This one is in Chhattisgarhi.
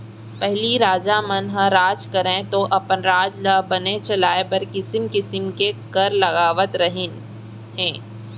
पहिली राजा मन ह राज करयँ तौ अपन राज ल बने चलाय बर किसिम किसिम के कर लगावत रहिन हें